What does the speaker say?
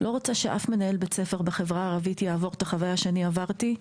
לא רוצה שאף מנהל בית ספר בחברה הערבית יעבור את החוויה שאני עברתי.